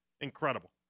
Incredible